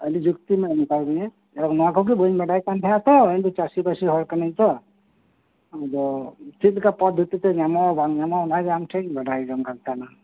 ᱟᱹᱰᱤ ᱡᱩᱠᱛᱤ ᱨᱮᱱᱟᱜ ᱮᱢ ᱢᱮᱛᱟᱫᱤᱧᱟ ᱚᱱᱟ ᱠᱚᱜᱮ ᱵᱟᱹᱧ ᱵᱟᱰᱟᱭ ᱠᱟᱱ ᱛᱟᱸᱦᱮᱱᱟᱛᱳ ᱤᱧ ᱫᱚ ᱪᱟᱹᱥᱤ ᱵᱟᱥᱤ ᱦᱚᱲ ᱠᱟᱹᱱᱟᱹᱧ ᱛᱳ ᱟᱫᱚ ᱪᱮᱫ ᱞᱮᱠᱟ ᱯᱚᱫᱫᱷᱚᱛᱤ ᱛᱮ ᱧᱟᱢᱚᱜᱼᱟ ᱵᱟᱝ ᱧᱟᱢᱚᱜᱼᱟ ᱚᱱᱟᱜᱮ ᱟᱢ ᱴᱷᱮᱱ ᱤᱧ ᱵᱟᱰᱟᱭ ᱡᱟᱝ ᱠᱟᱱᱟ